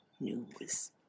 news